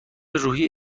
روحی